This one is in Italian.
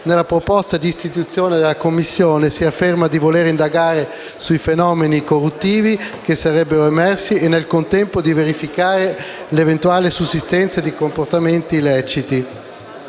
Nella proposta di istituzione della Commissione si afferma di voler indagare sui fenomeni corruttivi che sarebbero emersi e, nel contempo, di verificare l'eventuale sussistenza di comportamenti illeciti.